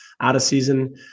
out-of-season